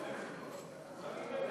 העיריות